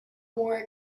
more